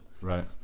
right